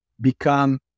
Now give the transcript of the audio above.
become